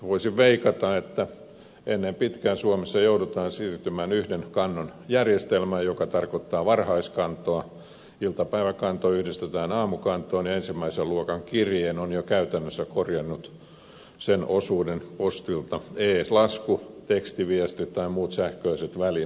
voisi veikata että ennen pitkää suomessa joudutaan siirtymään yhden kannon järjestelmään joka tarkoittaa varhaiskantoa iltapäiväkanto yhdistetään aamukantoon ja ensimmäisen luokan kirjeen osuuden postilta ovat jo käytännössä korvanneet e lasku tekstiviestit tai muut sähköiset välineet